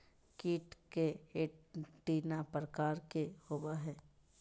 कीट के एंटीना प्रकार कि होवय हैय?